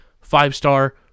five-star